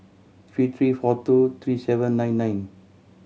three three four two three seven nine nine